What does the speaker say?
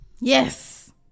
Yes